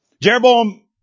Jeroboam